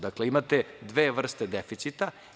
Dakle, imate dve vrste deficita.